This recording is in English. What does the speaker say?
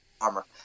armor